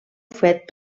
fet